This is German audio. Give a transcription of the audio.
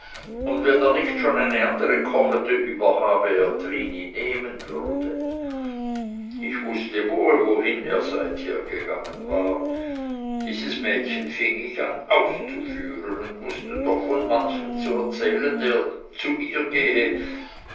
und wenn er nicht schon eine andere kochete über habe er trini nehmen würde ich wußte wohl wohin er seither gegangen war dieses mädchen fing ich an auszuführen und wußte noch von manchem zu erzählen der zu ihr gehe